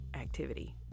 activity